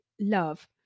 love